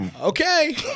okay